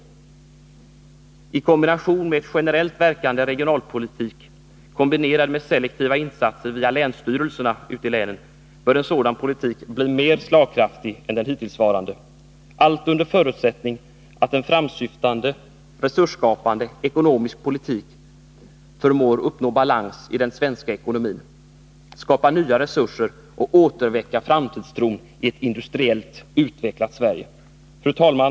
Tillsammans med en generellt verkande regionalpolitik, kombinerad med selektiva insatser via länsstyrelserna ute i länen, bör en sådan politik bli mer slagkraftig än den hittillsvarande; allt under förutsättning att en framåtsyftande, resursskapande ekonomisk politik förmår uppnå balans i den svenska ekonomin, skapa nya resurser och återväcka framtidstron i ett industriellt utvecklat Sverige. Herr talman!